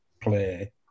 play